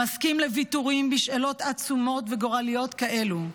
"מסכים לוויתורים בשאלות עצומות וגורליות כאלו,